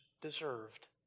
deserved